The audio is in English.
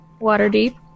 Waterdeep